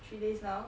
three days now